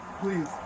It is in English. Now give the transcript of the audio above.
Please